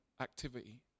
activity